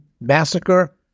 massacre